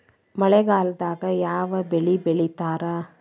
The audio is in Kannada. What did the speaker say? ಮಳೆಗಾಲದಾಗ ಯಾವ ಬೆಳಿ ಬೆಳಿತಾರ?